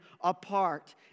apart